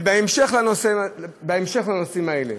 ובהמשך לנושאים האלה,